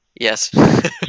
Yes